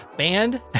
banned